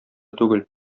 түгел